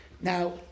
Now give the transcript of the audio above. Now